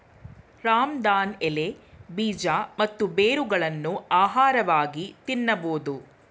ರಾಮದಾನ್ ಎಲೆ, ಬೀಜ ಮತ್ತು ಬೇರುಗಳನ್ನು ಆಹಾರವಾಗಿ ತಿನ್ನಬೋದು